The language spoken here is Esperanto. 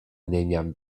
neniam